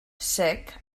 sec